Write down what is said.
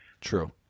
True